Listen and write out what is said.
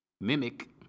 mimic